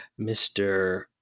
Mr